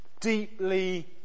deeply